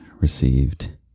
received